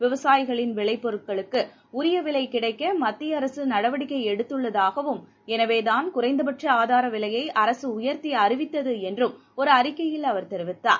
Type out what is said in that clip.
விவசாயிகளின் விளைப்பொருளுக்குஉரியவிலைகிடைக்கமத்தியஅரசுநடவடிக்கைஎடுத்துள்ள தாகவும் எனவேதான் குறைந்தபட்சஆதாரவிலையைஅரசுஉயர்த்திஅறிவித்ததுஎன்றும் ஒருஅறிக்கையில் அவர் தெரிவித்துள்ளார்